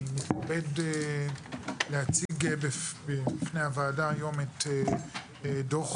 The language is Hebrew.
אני מתכבד להציג בפני הוועדה היום את דוח